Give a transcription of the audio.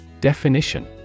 Definition